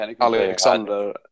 Alexander